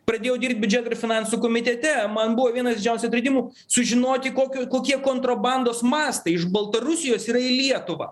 pradėjau dirbt biudžeto ir finansų komitete man buvo vienas didžiausių atradimų sužinoti kokio kokie kontrabandos mastai iš baltarusijos yra į lietuvą